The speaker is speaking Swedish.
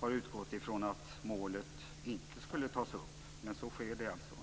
har utgått från att målet inte skulle tas upp. Men så sker alltså.